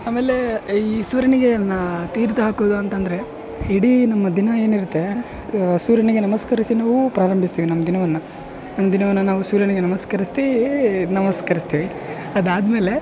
ಆಮೇಲೆ ಈ ಸೂರ್ಯನಿಗೆ ನಾ ತೀರ್ಥ ಹಾಕೋದು ಅಂತಂದ್ರೆ ಇಡೀ ನಮ್ಮ ದಿನ ಏನಿರತ್ತೆ ಸೂರ್ಯನಿಗೆ ನಮಸ್ಕರಿಸಿ ನಾವು ಪ್ರಾರಂಭಿಸ್ತೀವಿ ನಮ್ಮ ದಿನವನ್ನು ನಮ್ಮ ದಿನವನ್ನು ನಾವು ಸೂರ್ಯನಿಗೆ ನಮಸ್ಕರಿಸ್ತೀ ನಮಸ್ಕರಿಸ್ತೀವಿ ಅದಾದಮೇಲೆ